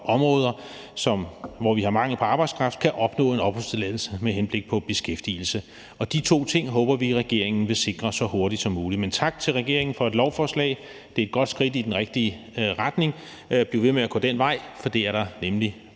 områder, hvor vi har mangel på arbejdskraft, kan opnå en opholdstilladelse med henblik på beskæftigelse. De to ting håber vi regeringen vil sikre så hurtigt som muligt. Men tak til regeringen for lovforslaget. Det er et godt skridt i den rigtige retning. Bliv ved med at gå den vej, for det er der nemlig